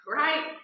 right